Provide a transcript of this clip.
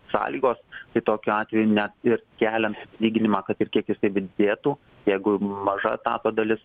sąlygos tai tokiu atveju net ir keliant atlyginimą kad ir kiek jisai didėtų jeigu maža etato dalis